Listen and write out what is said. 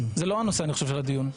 אני חושב שזה לא הנושא של הדיון.